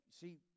See